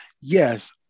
yes